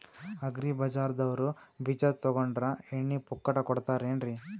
Agri ಬಜಾರದವ್ರು ಬೀಜ ತೊಗೊಂಡ್ರ ಎಣ್ಣಿ ಪುಕ್ಕಟ ಕೋಡತಾರೆನ್ರಿ?